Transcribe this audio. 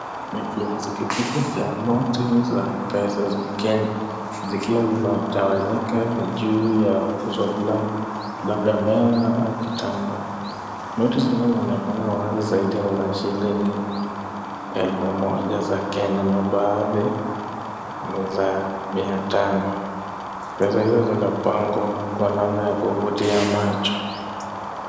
Ni kiasi kikubwa cha noti za pesa za Kenya zikiwa zimetawanyika juu ya uso fulani, labda meza au kitambaa. Noti zinazoonekana wazi zaidi ni za shilingi elfu moja za Kenya na baadhi ni za mia tano. Pesa hizo zimepangwa kwa namna ya kuvutia macho.